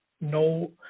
no